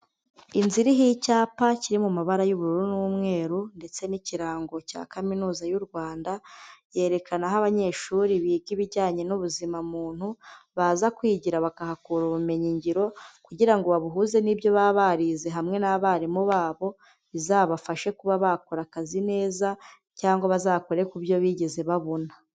Inzu iriho icyapa kiri mu mabara y'ubururu n'umweru ndetse n'ikirango cya kaminuza y'u Rwanda. Yerekana aho abanyeshuri biga ibijyanye n'ubuzima muntu baza kwigira, bakahakura ubumenyigiro kugira ngo babuhuze n'ibyo baba barize. Hamwe n'abarimu babo bizabafashe kuba bakora akazi neza cyangwa bazakore ku byo bigeze babona.